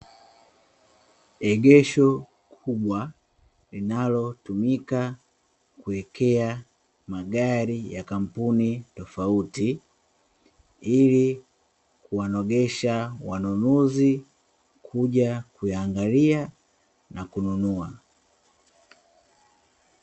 Egesho kubwa linalotumika kuwekea magari ya kampuni tofauti, ili kuwanogesha wanunuzi kuja kuyangalia na kununua.